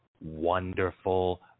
wonderful